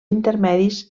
intermedis